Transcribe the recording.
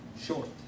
short